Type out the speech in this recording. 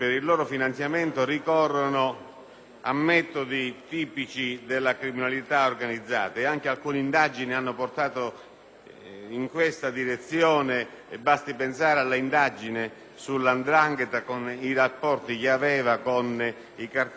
a metodi tipici della criminalità organizzata e alcune indagini hanno portato proprio in questa direzione: basti pensare all'indagine sulla 'ndrangheta e sui rapporti che essa aveva con i cartelli colombiani